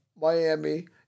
Miami